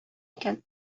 икән